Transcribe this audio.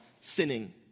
sinning